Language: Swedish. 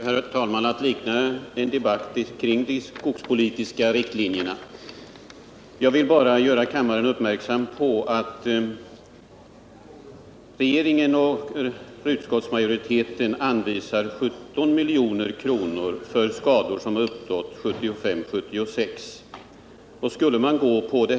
Herr talman! Nu börjar vi få en debatt om de skogspolitiska riktlinjerna. Jag vill bara göra kammaren uppmärksam på att regeringen och utskottsmajoriteten vill anvisa 17 milj.kr. för de skador som uppstått 1975 och 1976.